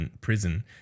Prison